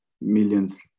millions